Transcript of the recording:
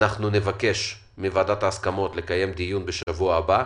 נבקש מוועדת ההסכמות לקיים דיון בשבוע הבא.